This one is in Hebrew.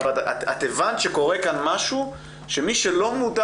את הבנת שקורה כאן משהו שמי שלא מודע